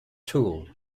tool